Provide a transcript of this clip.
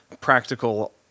practical